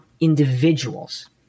individuals